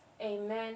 amen